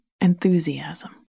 enthusiasm